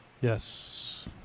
Yes